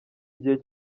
igihe